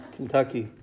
Kentucky